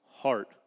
heart